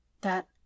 That